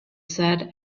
said